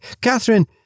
Catherine